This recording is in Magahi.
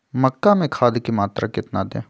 मक्का में खाद की मात्रा कितना दे?